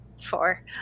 four